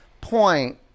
point